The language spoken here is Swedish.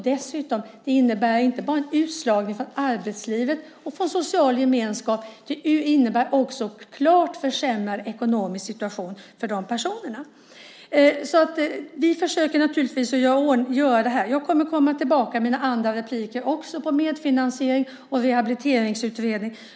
Dessutom innebär det inte bara en utslagning från arbetslivet och från social gemenskap utan också en klart försämrad ekonomisk situation för de personerna. Vi försöker naturligtvis göra det här. Jag kommer i mina andra inlägg tillbaka till frågorna om medfinansiering och rehabiliteringsutredning.